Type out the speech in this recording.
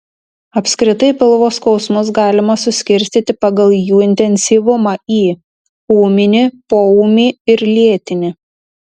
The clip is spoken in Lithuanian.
apskritai pilvo skausmus galima suskirstyti pagal jų intensyvumą į ūminį poūmį ir lėtinį